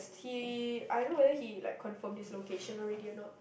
he I don't know whether he like confirmed his location already or not